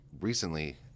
recently